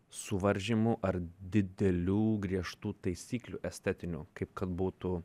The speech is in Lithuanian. suvaržymų ar didelių griežtų taisyklių estetinių kaip kad būtų